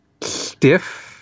stiff